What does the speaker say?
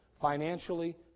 Financially